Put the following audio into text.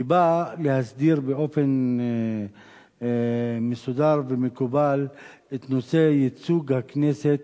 היא באה להסדיר באופן מסודר ומקובל את ייצוג הכנסת